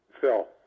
Phil